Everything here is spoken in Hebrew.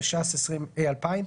התש"ס-2000,